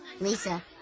Lisa